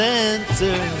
Center